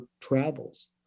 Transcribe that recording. travels